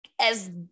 as-